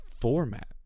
format